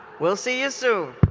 we'll see you so